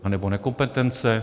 Anebo nekompetence?